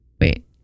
Wait